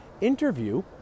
interview